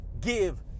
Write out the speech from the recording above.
give